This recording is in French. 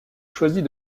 choisit